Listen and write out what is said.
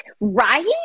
Right